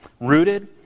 rooted